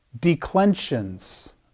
declensions